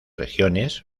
regiones